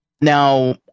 Now